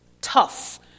tough